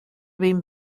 been